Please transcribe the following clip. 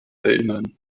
erinnern